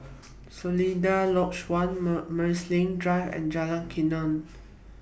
Seletar Lodge one Mall Marsiling Drive and Jalan Kuning